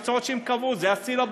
אלה המקצועות שהם קבעו, זה הסילבוס.